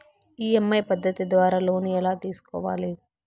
EMI పద్ధతి ద్వారా loan ఎలా తీసుకోవాలి